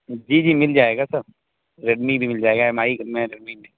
جی جی مل جائے گا سر ریڈمی بھی مل جائے گا ایم آئی میں ریڈمی